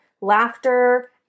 laughter